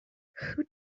who